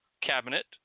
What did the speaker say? cabinet